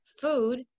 food